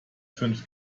fünf